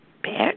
bad